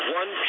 one